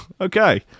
Okay